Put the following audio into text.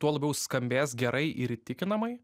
tuo labiau skambės gerai ir įtikinamai